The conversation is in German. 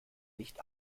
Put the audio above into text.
nicht